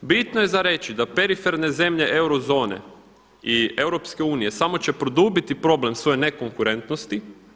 Bitno je za reći da periferne zemlje eurozone i EU samo će produbiti problem svoje ne konkurentnosti.